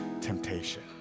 temptation